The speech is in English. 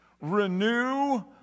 renew